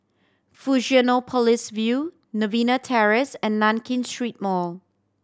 Fusionopolis View Novena Terrace and Nankin Street Mall